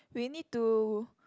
we need to